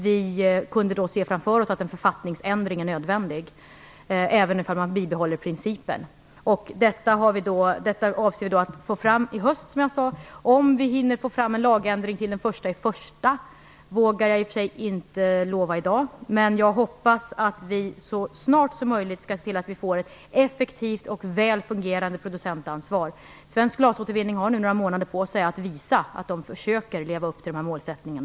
Vi kunde då se framför oss att en författningsändring var nödvändig, även om man skulle bibehålla principen. Detta avser vi att få fram i höst. Om vi hinner få till stånd en lagändring till den 1 januari vågar jag i och för sig inte lova i dag. Men jag hoppas att vi så snart som möjligt skall kunna åstadkomma ett effektivt och väl fungerande producentansvar. Svensk glasåtervinning har nu några månader på sig att visa att man i alla fall försöker att leva upp till målsättningen.